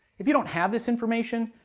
if you don't have this information,